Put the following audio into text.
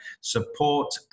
Support